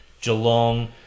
Geelong